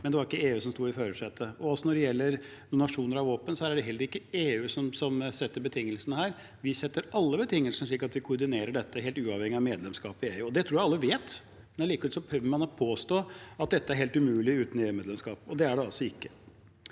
men det var ikke EU som satt i førersetet. Når det gjelder donasjoner av våpen, er det heller ikke EU som setter betingelsene. Vi setter alle betingelsene. Vi koordinerer dette helt uavhengig av medlemskap i EU, og det tror jeg alle vet. Allikevel prøver man å påstå at dette er helt umulig uten EU-medlemskap. Det er det altså ikke.